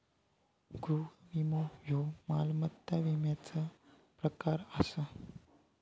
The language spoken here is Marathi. गृह विमो ह्यो मालमत्ता विम्याचा प्रकार आसा